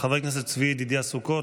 חבר הכנסת צבי ידידיה סוכות.